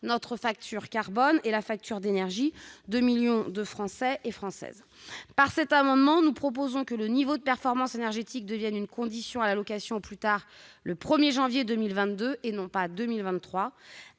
notre facture carbone et la facture d'énergie de millions de Françaises et de Français. Par cet amendement, nous proposons que le niveau de performance énergétique devienne une condition à la location au plus tard le 1 janvier 2022, et non pas en 2023.